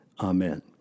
amen